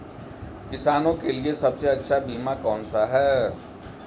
किसानों के लिए सबसे अच्छा बीमा कौन सा है?